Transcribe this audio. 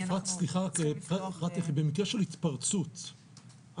במקרה של התפרצות,